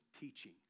teaching